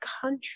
country